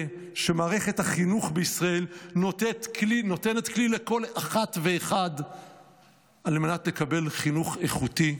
שמערכת החינוך בישראל נותנת כלי לכל אחת ואחד על מנת לקבל חינוך איכותי,